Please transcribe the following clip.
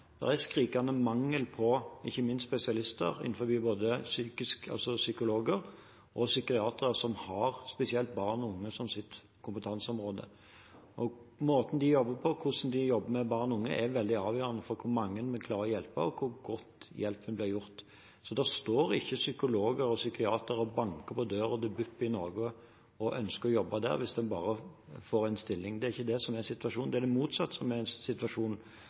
psykiatere, som har spesielt barn og unge som sitt kompetanseområde. Måten de jobber på, hvordan de jobber med barn og unge, er veldig avgjørende for hvor mange vi klarer å hjelpe, og hvor godt hjelpen blir gjort. Det står ikke psykologer og psykiatere og banker på døren til BUP i Norge og ønsker å jobbe der hvis en bare får en stilling. Det er ikke det som er situasjonen. Det er det motsatte som er situasjonen. Mange av de institusjonene vi har, har allerede mangel på fagfolk, og det er store utfordringer for dem som jobber der allerede, med en